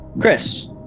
Chris